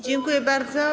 Dziękuję bardzo.